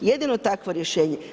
Jedino takvo rješenje.